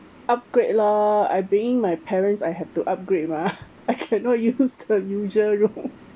upgrade lor I bring my parents I have to upgrade mah I cannot use the usual room